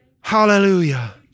Hallelujah